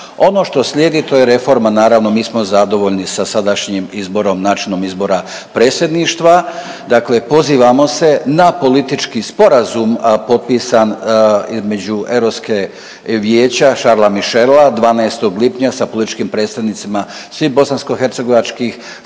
Ono što slijedi to je reforma, naravno mi smo zadovoljni sa sadašnjim izborom, načinom izbora predsjedništva. Dakle, pozivamo se na politički sporazum potpisan između Europske vijeća Charles Michela 12. lipnja sa političkim predstavnicima svih bosansko-hercegovačkih